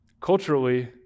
Culturally